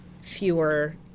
fewer